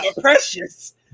Precious